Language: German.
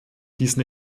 diesen